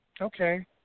okay